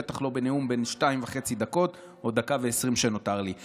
בטח לא בנאום בן שתיים וחצי דקות או דקה ו-20 שניות שנותרו לי,